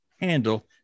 handle